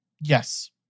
Yes